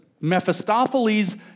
Mephistopheles